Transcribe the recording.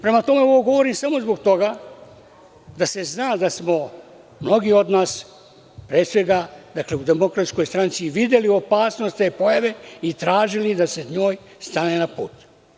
Prema tome, ovo govorim samo zbog toga da se zna da smo mnogi od nas, pre svega u DS videli opasnost te pojave i tražili da se njoj stane na put.